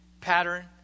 pattern